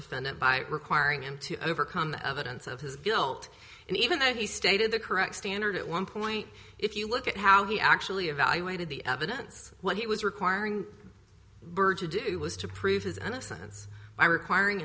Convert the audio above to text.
defendant by requiring him to overcome the evidence of his guilt and even though he stated the correct standard at one point if you look at how he actually evaluated the evidence what he was requiring bird to do was to prove his innocence by requiring